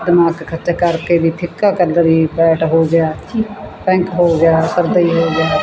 ਦਿਮਾਗ ਖਰਚ ਕਰਕੇ ਵੀ ਫਿੱਕਾ ਕਲਰ ਹੀ ਫੈਟ ਹੋ ਗਿਆ ਪਿੰਕ ਹੋ ਗਿਆ ਸਰਤਈ ਹੋ ਗਿਆ